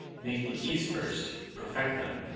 make the keys first. perfect them.